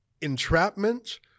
Entrapment